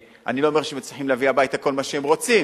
אני לא אומר שהם מביאים הביתה כל מה שהם רוצים